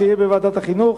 בוועדת החינוך.